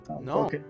No